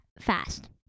fast